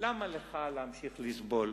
למה לך להמשיך לסבול?